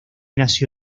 nació